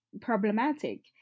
problematic